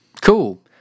cool